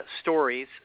stories